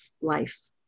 life